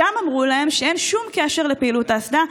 שם אמרו להם שאין שום קשר לפעילות האסדה,